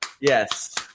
Yes